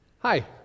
Hi